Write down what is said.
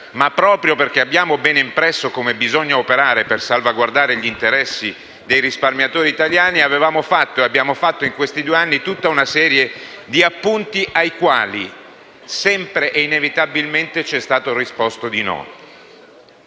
ma, proprio perché abbiamo ben impresso come bisogna operare per salvaguardare gli interessi dei risparmiatori italiani, avevamo fatto ed abbiamo fatto in questi due anni e mezzo tutta una serie di appunti ai quali sempre ed inevitabilmente è stato risposto di no.